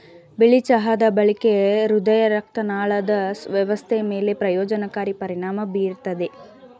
ಬಿಳಿ ಚಹಾದ ಬಳಕೆ ಹೃದಯರಕ್ತನಾಳದ ವ್ಯವಸ್ಥೆ ಮೇಲೆ ಪ್ರಯೋಜನಕಾರಿ ಪರಿಣಾಮ ಬೀರ್ತದೆ